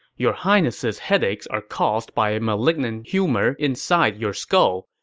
your highness's headaches are caused by a malignant humor inside your skull,